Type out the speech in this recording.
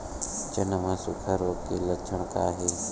चना म सुखा रोग के लक्षण का हे?